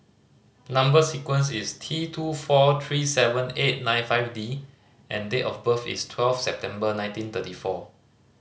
number sequence is T two four three seven eight nine five D and date of birth is twelve September nineteen thirty four